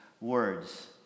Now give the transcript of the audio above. words